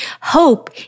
Hope